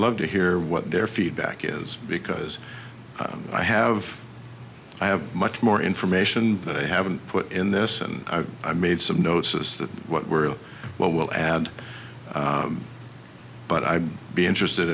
love to hear what their feedback is because i have i have much more information that i haven't put in this and i made some notes as to what we're what will add but i'd be interested